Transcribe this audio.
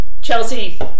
Chelsea